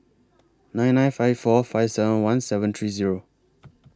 nine nine five four five seven one seven three Zero